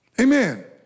Amen